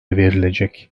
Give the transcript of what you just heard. verilecek